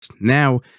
Now